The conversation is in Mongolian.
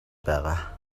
байгаа